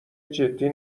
جدی